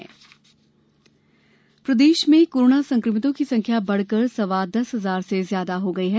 corona प्रदेश प्रदेश में कोरोना संक्रमितों की संख्या बढ़कर सवा दस हजार से ज्यादा हो गई है